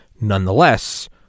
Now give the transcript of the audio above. Nonetheless